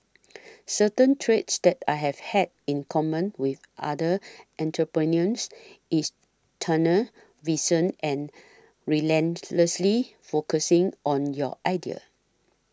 certain traits that I have had in common with other entrepreneurs is tunnel vision and relentlessly focusing on your idea